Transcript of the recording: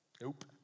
Nope